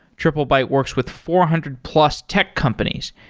triplebyte works with four hundred plus tech companies,